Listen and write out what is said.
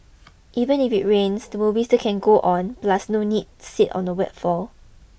even if it rains the movie still can go on plus no need sit on the wet floor